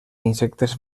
insectes